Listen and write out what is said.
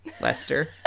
Lester